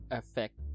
effect